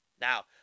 Now